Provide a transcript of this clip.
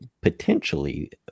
potentially